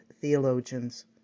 theologians